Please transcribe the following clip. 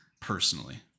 personally